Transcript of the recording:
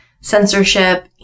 censorship